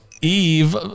Eve